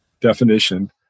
definition